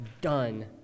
done